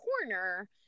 corner